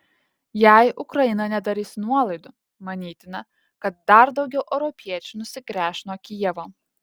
jei ukraina nedarys nuolaidų manytina kad dar daugiau europiečių nusigręš nuo kijevo